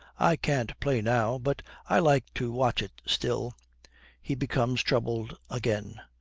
i can't play now, but i like to watch it still he becomes troubled again.